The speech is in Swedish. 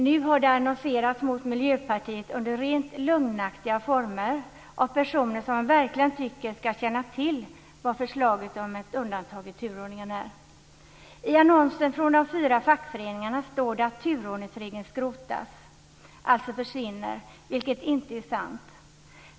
Nu har det annonserats mot Miljöpartiet under rent lögnaktiga former av personer som man verkligen tycker ska känna till förslaget om ett undantag i turordningen. I annonsen från de fyra fackföreningarna står det att turordningsregeln skrotas, alltså försvinner, vilket inte är sant.